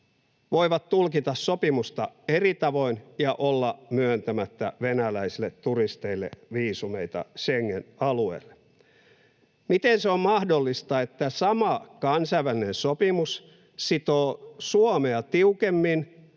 voivat tulkita sopimusta eri tavoin ja olla myöntämättä venäläisille turisteille viisumeita Schengen-alueelle. Miten se on mahdollista, että sama kansainvälinen sopimus sitoo Suomea tiukemmin